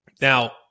Now